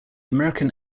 american